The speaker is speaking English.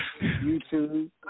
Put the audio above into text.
YouTube